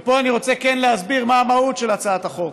ופה אני כן רוצה להסביר מה המהות של הצעת החוק,